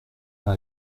pas